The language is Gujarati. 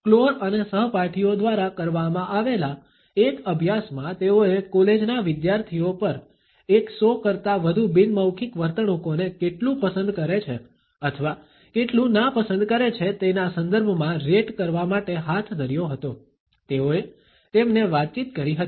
ક્લોર અને સહપાઠીઓ દ્વારા કરવામાં આવેલા એક અભ્યાસમાં તેઓએ કોલેજના વિદ્યાર્થીઓ પર એક સો કરતા વધુ બિન મૌખિક વર્તણૂકોને કેટલું પસંદ કરે છે અથવા કેટલું નાપસંદ કરે છે તેના સંદર્ભમાં રેટ કરવા માટે હાથ ધર્યો હતો તેઓએ તેમને વાતચીત કરી હતી